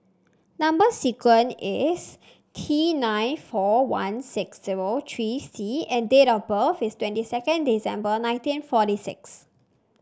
number sequence is T nine four one six zero three C and date of birth is twenty second December nineteen forty six